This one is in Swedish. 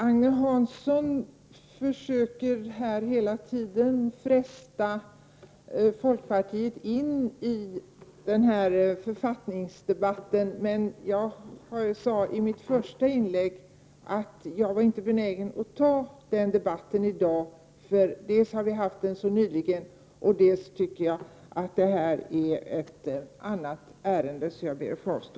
Agne Hansson försöker hela tiden att locka folkpartiet in i den här författningsdebatten, men i mitt första inlägg sade jag att jag inte är benägen att ta upp den debatten i dag. Dels har vi nyligen fört en sådan debatt, dels rör sig det här om ett annat ärende. Därför ber jag att få avstå.